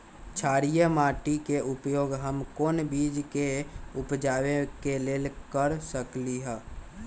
क्षारिये माटी के उपयोग हम कोन बीज के उपजाबे के लेल कर सकली ह?